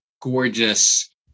gorgeous